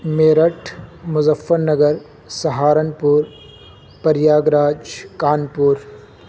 Meerut Muzaffarnagar Saharanpur Prayagraj Kanpur